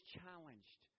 challenged